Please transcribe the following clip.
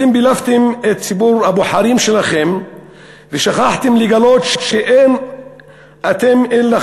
אתם בילפתם את ציבור הבוחרים שלכם ושכחתם לגלות שאין אתם אלא